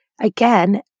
again